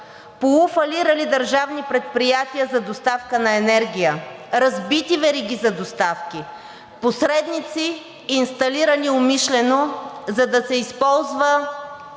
полуфалирали държавни предприятия за доставка на енергия, разбити вериги за доставки, посредници, инсталирани умишлено, за да се използва